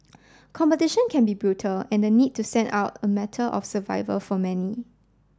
competition can be brutal and the need to stand out a matter of survival for many